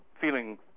feeling